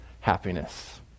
happiness